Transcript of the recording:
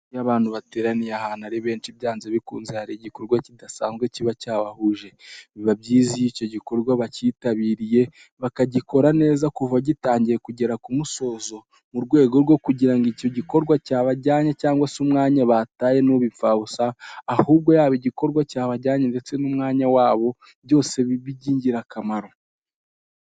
Iyo abantu bateraniye ahantu ari benshi byanze bikunze hari igikorwa kidasanzwe kiba cyabahuje. Biba byiza iyo icyo gikorwa bacyitabiriye, bakagikora neza kuva gitangiye kugera ku musozo, mu rwego rwo kugira ngo icyo gikorwa cyabajyanye cyangwa se umwanya bataye ntube imfabusa, ahubwo yaba igikorwa cyabajyanye ndetse n'umwanya wabo, byose bibe iby'ingirakamaro.